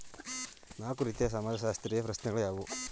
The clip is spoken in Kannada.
ನಾಲ್ಕು ರೀತಿಯ ಸಮಾಜಶಾಸ್ತ್ರೀಯ ಪ್ರಶ್ನೆಗಳು ಯಾವುವು?